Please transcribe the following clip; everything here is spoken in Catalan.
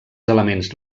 elements